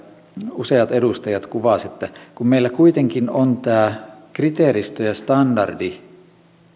useat edustajat kuvasivat että kun meillä kuitenkin on tämä kriteeristö ja standardi